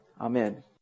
Amen